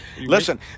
Listen